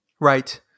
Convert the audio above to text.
Right